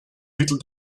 mittel